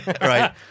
Right